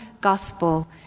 gospel